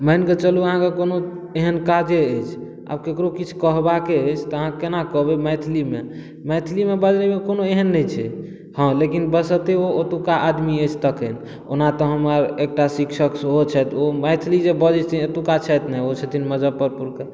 मानि कऽ चलू अहाँके कोनो एहन काजे अछि आब केकरो किछु कहबाके अछि तऽ अहाँ केना कहबै मैथिली मे मैथिली मे बाजै मे कोनो एहन नहि छै हॅं लेकिन बसरते ओ ओतुका आदमी अछि तखन ओना तऽ हमर एकटा शिक्षक सेहो छथि ओ मैथिली जे बजै छथिन एतुका छथि नहि छथिन मजफ्फरपुर के